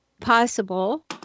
possible